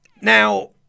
Now